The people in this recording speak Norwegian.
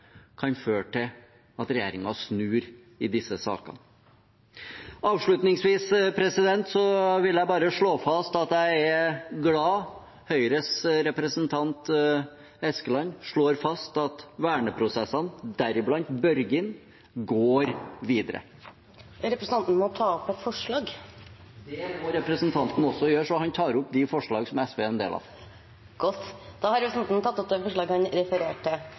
kan føre til at regjeringen snur i disse sakene. Avslutningsvis vil jeg bare slå fast at jeg er glad Høyres representant Eskeland slår fast at verneprosessene, deriblant Børgin, går videre. Jeg tar opp de forslagene som SV er en del av. Representanten Lars Haltbrekken har tatt opp de forslagene han refererte til. Det er viktig å ta med seg litt av